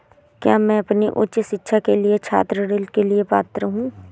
क्या मैं अपनी उच्च शिक्षा के लिए छात्र ऋण के लिए पात्र हूँ?